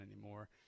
anymore